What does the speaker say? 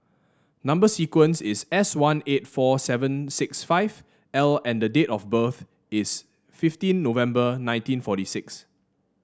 number sequence is S one eight four seven six five L and the date of birth is fifteen November nineteen forty six